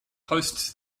hosts